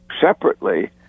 separately